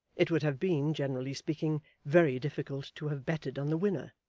it would have been, generally speaking, very difficult to have betted on the winner.